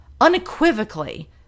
unequivocally